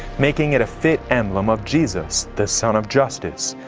making it a fit emblem of jesus, the sun of justice.